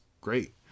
great